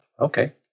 okay